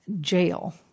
jail